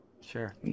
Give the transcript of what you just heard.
Sure